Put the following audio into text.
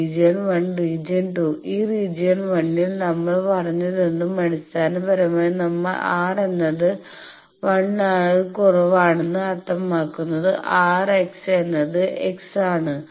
region 1 region 2 ഈ region 1 ൽ നമ്മൾ പറഞ്ഞതെന്തും അടിസ്ഥാനപരമായി നമുക്ക് R എന്നത് 1 R ൽ കുറവാണെന്ന് അർത്ഥമാക്കുന്നത് R x എന്നത് X ആണ്